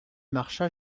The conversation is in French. marcha